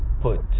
put